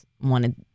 wanted